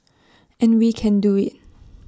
and we can do IT